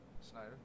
Snyder